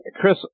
Chris